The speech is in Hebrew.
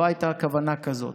לא הייתה כוונה כזאת,